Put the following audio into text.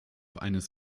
eines